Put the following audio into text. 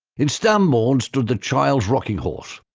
in stambourne stood the child's rocking horse.